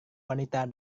wanita